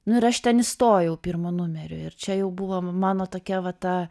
nu ir aš ten įstojau pirmu numeriu ir čia jau buvo mano tokia va ta